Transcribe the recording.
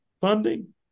funding